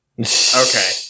Okay